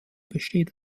besteht